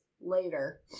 later